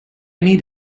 need